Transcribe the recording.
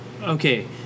okay